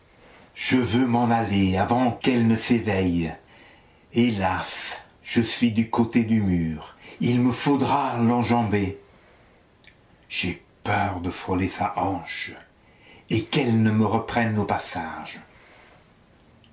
je veux m'en aller avant qu'elle ne s'éveille hélas je suis du côté du mur il me faudra l'enjamber j'ai peur de frôler sa hanche et qu'elle ne me reprenne au passage